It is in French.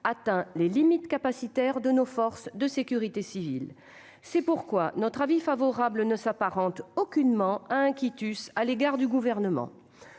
atteint les limites capacitaires de nos forces de sécurité civile. C'est pourquoi notre avis favorable ne s'apparente aucunement à un quitus à l'égard du Gouvernement.